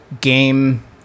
game